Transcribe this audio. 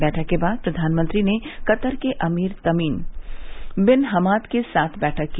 बैठक के बाद प्रधानमंत्री ने कतर के अमीर तमीम बिन हमात के साथ बैठक की